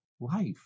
life